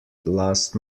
last